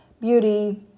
beauty